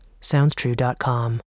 SoundsTrue.com